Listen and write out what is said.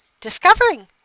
discovering